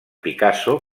picasso